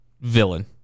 villain